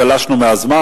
גלשנו מהזמן,